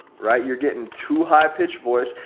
right? you're getting too high pitch voice.